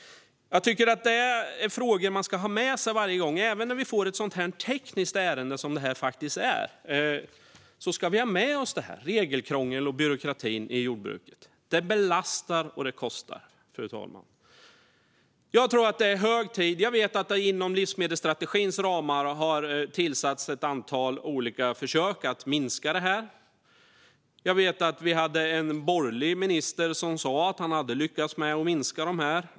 Jag tycker att detta är frågor man ska ha med sig varje gång. Även när vi får ett så tekniskt ärende som detta ska vi ha med oss det här. Regelkrånglet och byråkratin i jordbruket belastar och kostar, fru talman. Jag tror att det är hög tid att ta tag i det här. Jag vet att det inom livsmedelsstrategins ramar har gjorts ett antal olika försök att minska detta och att vi hade en borgerlig minister som sa att han hade lyckats minska det.